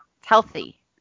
healthy